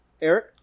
Eric